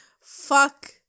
Fuck